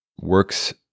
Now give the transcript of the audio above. works